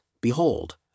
Behold